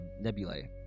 nebulae